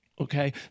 okay